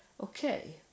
okay